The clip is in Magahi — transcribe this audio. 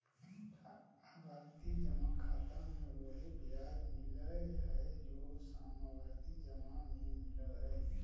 आवर्ती जमा खाता मे उहे ब्याज मिलय हइ जे सावधि जमा में मिलय हइ